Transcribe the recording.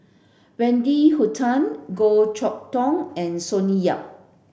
Wendy Hutton Goh Chok Tong and Sonny Yap